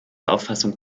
auffassung